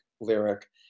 lyric